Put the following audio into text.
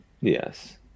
Yes